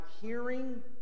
hearing